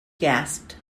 gasped